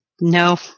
No